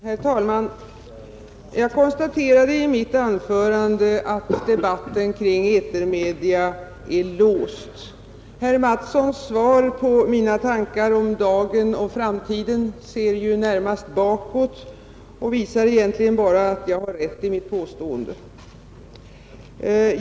Herr talman! Jag konstaterade i mitt anförande att debatten kring etermedia är låst. I sitt svar på mina tankar om dagen och framtiden ser ju herr Mattsson i Lane-Herrestad närmast bakåt och visar egentligen bara att jag har rätt i mitt påstående.